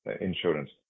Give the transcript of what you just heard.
insurance